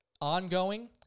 ongoing